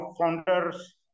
founders